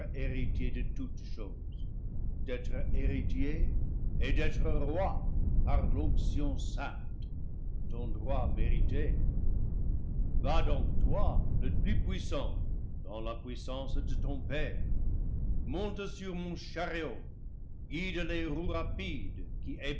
héritier de toutes choses d'être héritier et d'être roi par l'onction sainte ton droit mérité va donc toi le plus puissant dans la puissance de ton père monte sur mon chariot guide les roues rapides qui